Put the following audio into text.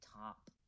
top